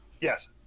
yes